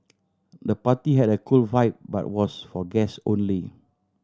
the party had a cool vibe but was for guest only